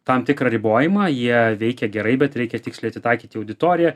tam tikrą ribojimą jie veikia gerai bet reikia tiksliai atitaikyti auditoriją